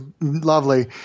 lovely